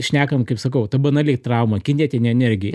šnekam kaip sakau ta banali trauma kinetinė energija